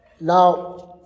Now